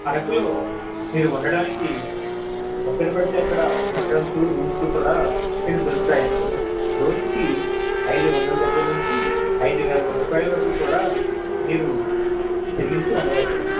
అరకులో మీరు ఉండడానికి ఎక్కడపడితే అక్కడ హోటల్స్ రూమ్స్ కూడా చాలా దొరుకుతాయండి రోజుకి అయిదు వందల దగ్గర నుంచి అయిదు వేల రూపాయల వరకు కూడా మీరు చెల్లించి ఉండవచ్చు